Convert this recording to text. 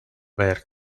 where